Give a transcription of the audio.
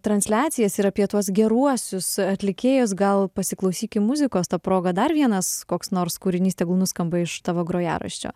transliacijas ir apie tuos geruosius atlikėjus gal pasiklausykim muzikos ta proga dar vienas koks nors kūrinys tegul nuskamba iš tavo grojaraščio